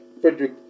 Frederick